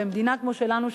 במדינה כמו שלנו,